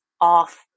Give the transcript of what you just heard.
off